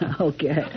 Okay